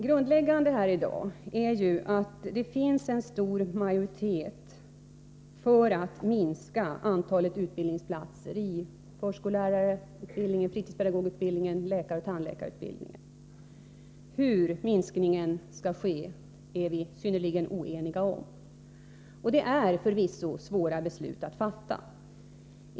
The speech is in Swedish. Grundläggande här i dag är ju att det finns en stor majoritet för att minska antalet utbildningsplatser i förskollärarutbildningen, i fritidspedagogutbildningen samt i läkaroch tandläkarutbildningen. Hur minskningen skall ske är vi synnerligen oeniga om. Det är förvisso svåra beslut att fatta.